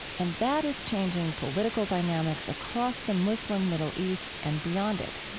and that is changing political dynamics across the muslim middle east and beyond it.